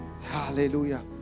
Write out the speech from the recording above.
hallelujah